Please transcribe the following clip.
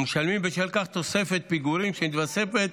ומשלמים בשל כך תוספת פיגורים שמתווספת